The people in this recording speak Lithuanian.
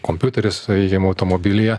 kompiuteris sakykim automobilyje